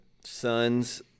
sons